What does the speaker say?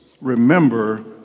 remember